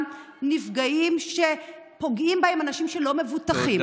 נפגעים שפוגעים בהם אנשים שלא מבוטחים,